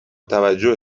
توجه